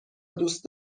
دوست